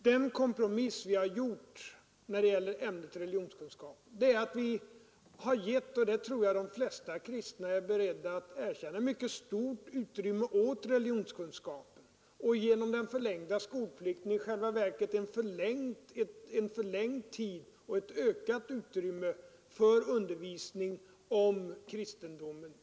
Den kompromiss vi har gjort när det gäller ämnet religionskunskap innebär att vi — detta tror jag de flesta kristna är beredda att erkänna — har gett ett mycket stort utrymme åt religionskunskapen, och genom den förlängda skolplikten i själva verket också utökad tid och ökat utrymme för undervisning om kristendomen.